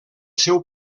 seu